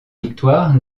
victoires